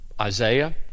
Isaiah